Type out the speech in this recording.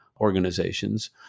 organizations